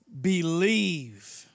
believe